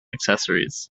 accessories